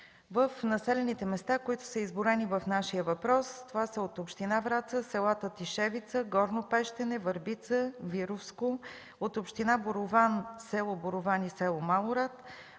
в населените места, които са изброени в нашия въпрос. Това са от община Враца селата Тишевица, Горно Пещене, Върбица, Вировско, от община Борован село Борован и село Малорад,